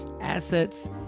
assets